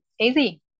easy